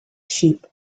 sheep